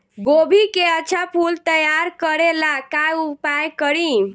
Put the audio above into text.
गोभी के अच्छा फूल तैयार करे ला का उपाय करी?